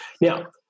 Now